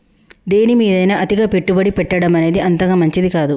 దేనిమీదైనా అతిగా పెట్టుబడి పెట్టడమనేది అంతగా మంచిది కాదు